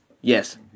Yes